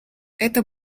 это